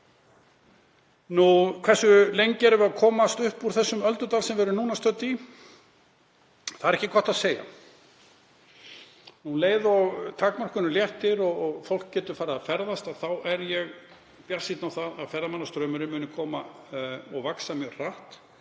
Hversu lengi verðum við að komast upp úr þeim öldudal sem við erum núna stödd í? Það er ekki gott að segja. Um leið og takmörkunum léttir og fólk getur farið að ferðast er ég bjartsýnn á að ferðamannastraumurinn muni vaxa mjög hratt,